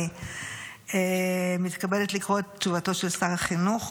אני מתכבדת לקרוא את תשובתו של שר החינוך.